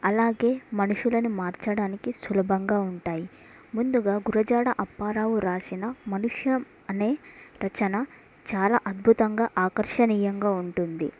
అలాగే మనుషులను మార్చడానికి సులభంగా ఉంటాయి ముందుగా గురజాడ అప్పారావు రాసిన మనుష్యం అనే రచన చాలా అద్భుతంగా ఆకర్షణీయంగా ఉంటుంది